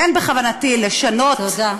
אין בכוונתי לשנות את החלטתי, תודה.